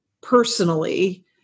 personally